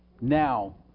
now